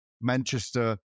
Manchester